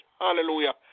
Hallelujah